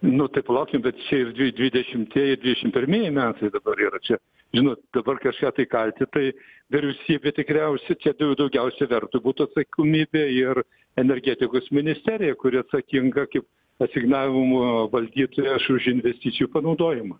nu tai palaukim bet čia ir dvi dvidešimtieji ir dvidešim pirmeji metai ir čia žinot dabar kažką tai kaltyt tai vyriausybė tikriausia čia dau daugiausia vertui būtų atsakomybė ir energetikos ministerija kuri atsakinga kaip asignavimų valdytoja aš už investicijų panaudojimą